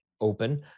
open